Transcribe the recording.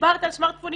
דיברת על סמרטפונים,